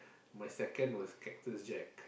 my second was Cactus-Jack